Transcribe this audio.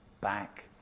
back